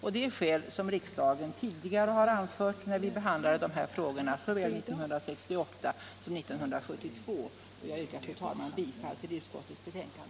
Det är skäl som riksdagen anförde när vi behandlade dessa frågor såväl 1968 som 1972. Jag yrkar, fru talman, bifall till utskottets hemställan.